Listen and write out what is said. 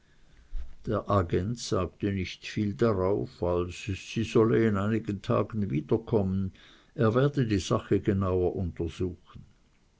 der agent sagte nicht viel darauf als sie solle in einigen tagen wieder kommen er werde die sache genauer untersuchen